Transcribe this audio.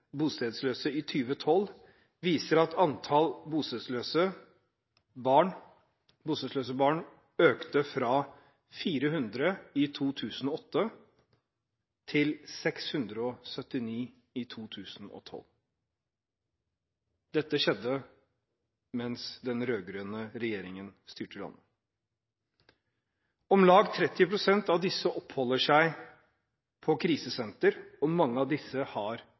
bostedsløse barn økte fra 400 i 2008 til 679 i 2012. Dette skjedde mens den rød-grønne regjeringen styrte landet. Om lag 30 pst. av disse oppholdt seg på krisesenter, og mange av